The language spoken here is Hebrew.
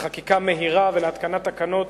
לחקיקה מהירה ולהתקנת תקנות